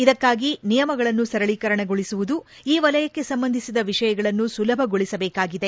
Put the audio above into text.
ಇದಕ್ಷಾಗಿ ನಿಯಮಗಳನ್ನು ಸರಳೀಕರಿಸುವುದು ಈ ವಲಯಕ್ಕೆ ಸಂಬಂಧಿಸಿದ ವಿಷಯಗಳನ್ನು ಸುಲಭಗೊಳಿಸಬೇಕಾಗಿದೆ